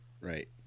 Right